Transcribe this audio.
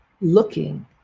looking